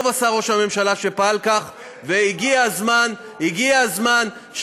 טוב עשה ראש הממשלה שפעל כך, והגיע הזמן, הוא עובד